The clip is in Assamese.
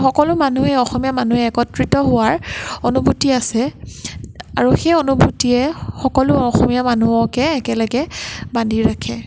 সকলো মানুহেই অসমীয়া মানুহে একত্ৰিত হোৱাৰ অনুভূতি আছে আৰু সেই অনুভূতিয়ে সকলো অসমীয়া মানুহকে একেলগে বান্ধি ৰাখে